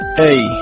Hey